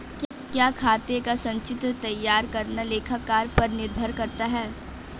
क्या खाते का संचित्र तैयार करना लेखाकार पर निर्भर करता है?